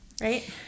Right